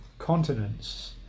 continents